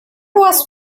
was